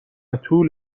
طول